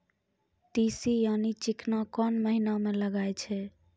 तीसी यानि चिकना कोन महिना म लगाय छै?